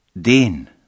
Den